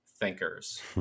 thinkers